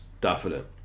definite